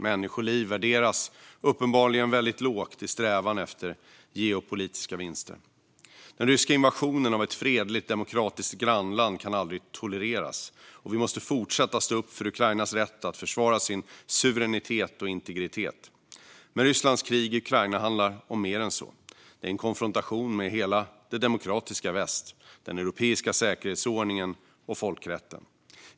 Människoliv värderas uppenbarligen väldigt lågt i strävan efter geopolitiska vinster. Den ryska invasionen av ett fredligt, demokratiskt grannland kan aldrig tolereras, och vi måste fortsätta stå upp för Ukrainas rätt att försvara sin suveränitet och integritet. Men Rysslands krig i Ukraina handlar om mer än så. Det är en konfrontation med hela det demokratiska väst, den europeiska säkerhetsordningen och folkrätten.